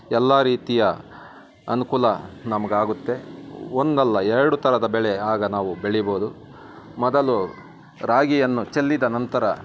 ಎಲ್ಲ ರೀತಿಯ ಅನುಕೂಲ ನಮಗಾಗುತ್ತೆ ಒಂದಲ್ಲ ಎರಡು ಥರದ ಬೆಳೆ ಆಗ ನಾವು ಬೆಳಿಬೋದು ಮೊದಲು ರಾಗಿಯನ್ನು ಚೆಲ್ಲಿದ ನಂತರ